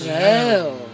hell